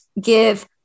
give